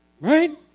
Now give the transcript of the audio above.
Right